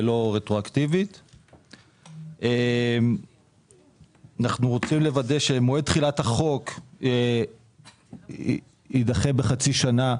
ולא רטרואקטיבית; אנחנו רוצים לוודא שמועד תחילת החוק יידחה בחצי שנה,